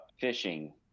fishing